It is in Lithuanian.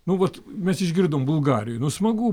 nu vat mes išgirdom bulgarijoj nu smagu